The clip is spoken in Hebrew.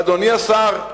אדוני השר,